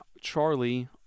Charlie